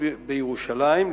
להתיישבות בירושלים,